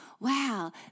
Wow